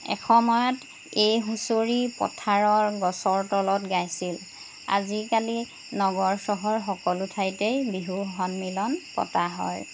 এসময়ত এই হুঁচৰি পথাৰৰ গছৰ তলত গাইছিল আজিকালি নগৰ চহৰ সকলো ঠাইতে বিহু সন্মিলন পতা হয়